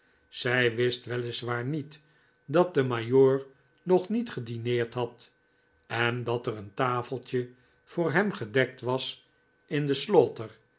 zij wist weliswaar niet dat de majoor nog niet gedineerd had en dat er een tafeltje voor hem gedekt was in de